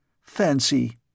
Fancy